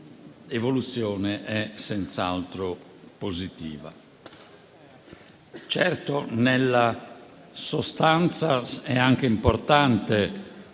evoluzione è senz'altro positiva. Certo, nella sostanza è anche importante